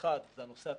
1. הנושא התקציבי.